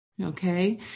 okay